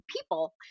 people